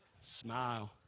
Smile